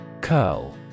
CURL